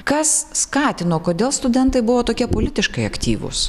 kas skatino kodėl studentai buvo tokie politiškai aktyvūs